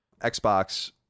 Xbox